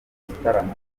gitaramo